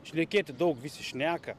šnekėti daug visi šneka